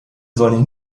sollen